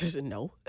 No